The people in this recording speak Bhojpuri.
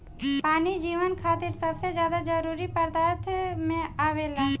पानी जीवन खातिर सबसे ज्यादा जरूरी पदार्थ में आवेला